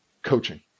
coaching